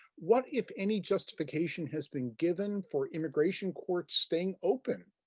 what, if any, justification has been given for immigration courts staying open?